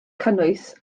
cynnwys